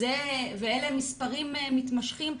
אלה מספרים מתמשכים.